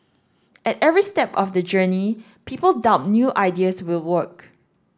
at every step of the journey people doubt new ideas will work